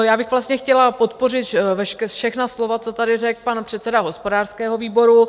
Já bych vlastně chtěla podpořit všechna slova, co tady řekl pan předseda hospodářského výboru.